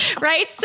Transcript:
Right